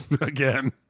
Again